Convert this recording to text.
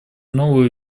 новую